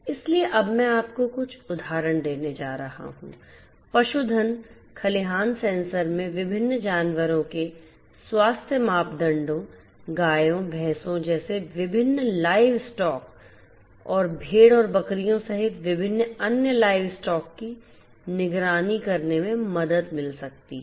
इसलिए अब मैं आपको कुछ उदाहरण देने जा रहा हूं पशुधन खलिहान सेंसर में विभिन्न जानवरों के स्वास्थ्य मापदंडों गायों भैंसों जैसे विभिन्न लाइव स्टॉक और भेड़ और बकरियों सहित विभिन्न अन्य लाइव स्टॉक की निगरानी करने में मदद मिल सकती है